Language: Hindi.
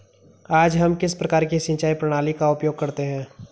आज हम किस प्रकार की सिंचाई प्रणाली का उपयोग करते हैं?